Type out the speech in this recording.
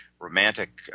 Romantic